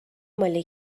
مال